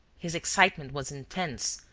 his excitement was intense,